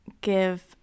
give